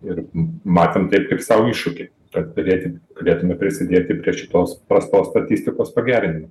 ir matėm taip kaip sau iššūkį kad padėti galėtume prisidėti prie šitos prastos statistikos pagerinimo